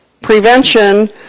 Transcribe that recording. prevention